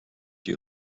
you